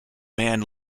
man